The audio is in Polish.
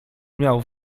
miał